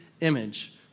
image